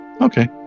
Okay